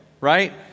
right